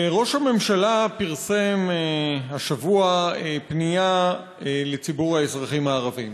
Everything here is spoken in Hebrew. ראש הממשלה פרסם השבוע פנייה לציבור האזרחים הערבים,